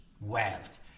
wealth